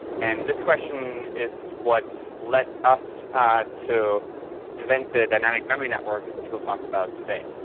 and this question is what led us to invent the dynamic memory network, which we'll talk about today.